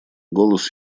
голос